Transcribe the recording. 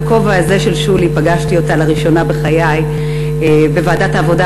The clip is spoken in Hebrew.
בכובע הזה של שולי פגשתי אותה לראשונה בחיי בוועדת העבודה,